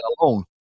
alone